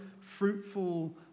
fruitful